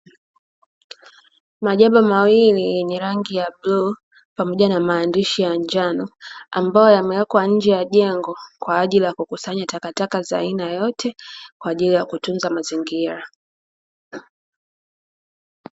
Majaba mawili yenye rangi ya bluu pamoja na maandishi ya njano, ambayo yamewekwa nje ya jengo kwa ajili ya kukusanya takataka za aina yote kwa ajili ya kutunza mazingira.